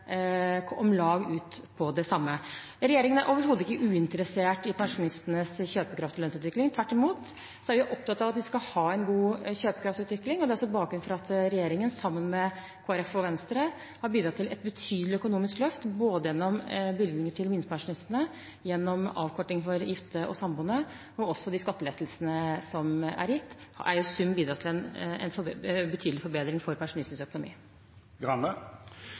ut på om lag det samme. Regjeringen er overhodet ikke uinteressert i pensjonistenes kjøpekraft og lønnsutvikling. Tvert imot er vi opptatt av at de skal ha en god kjøpekraftsutvikling, og det er bakgrunnen for at regjeringen sammen med Kristelig Folkeparti og Venstre har bidratt til et betydelig økonomisk løft, både gjennom bevilgninger til minstepensjonistene, gjennom avkorting for gifte og samboende, og også de skattelettelsene som er gitt, og det har i sum bidratt til en betydelig forbedring for pensjonistenes økonomi.